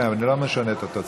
כן, אבל אני לא משנה את התוצאה.